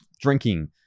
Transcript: drinking